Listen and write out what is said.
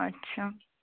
अच्छा